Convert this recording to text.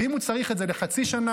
ואם הוא צריך את זה לחצי שנה,